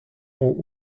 ont